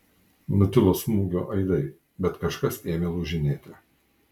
nutilo smūgio aidai bet kažkas ėmė lūžinėti